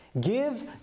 Give